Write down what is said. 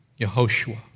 Yehoshua